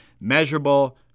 measurable